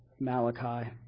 Malachi